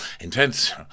intense